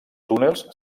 túnels